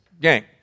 Gang